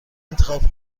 انتخاب